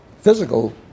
physical